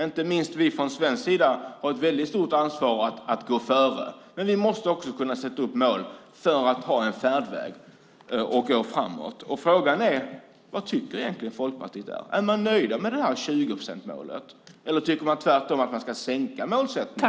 Inte minst vi från svensk sida har ett väldigt stort ansvar för att gå före, men vi måste också kunna sätta upp mål för att ha en färdväg och gå framåt. Frågan är: Vad tycker egentligen Folkpartiet? Är man nöjd med det här 20-procentsmålet eller tycker man tvärtom att vi ska sänka målsättningen?